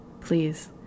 please